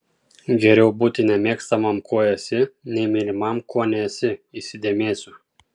geriau būti nemėgstamam kuo esi nei mylimam kuo nesi įsidėmėsiu